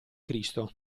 cristo